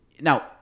Now –